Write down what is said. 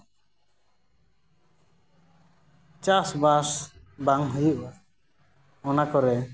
ᱪᱟᱥᱼᱵᱟᱥ ᱵᱟᱝ ᱦᱩᱭᱩᱜᱼᱟ ᱚᱱᱟ ᱠᱚᱨᱮ